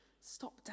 Stop